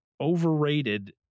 overrated